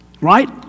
Right